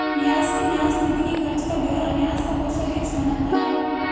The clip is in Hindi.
न्यास की न्यास निधि के खर्च का ब्यौरा न्यास का कोषाध्यक्ष बनाता है